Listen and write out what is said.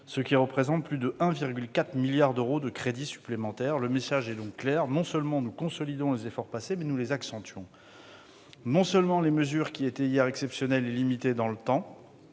Cela représente plus de 1,4 milliard d'euros de crédits supplémentaires. Le message est donc clair : non seulement nous consolidons les efforts passés, mais nous les accentuons. Non seulement les mesures qui étaient hier exceptionnelles et limitées dans le temps-